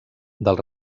del